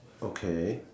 okay